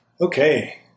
Okay